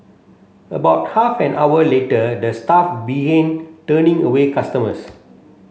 about half an hour later the staff began turning away customers